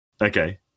Okay